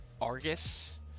argus